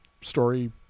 story